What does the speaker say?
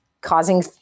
causing